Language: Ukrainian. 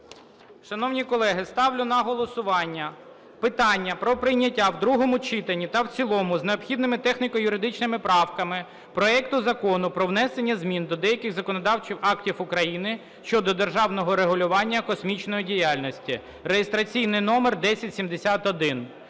Шановні колеги, ставлю на голосування питання про прийняття в другому читанні та в цілому з необхідними техніко-юридичними правками проекту Закону про внесення змін до деяких законодавчих актів України щодо державного регулювання космічної діяльності (реєстраційний номер 1071).